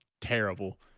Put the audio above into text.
terrible